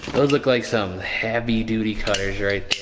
those look like some heavy-duty cutters, right?